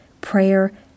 prayer